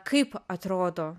kaip atrodo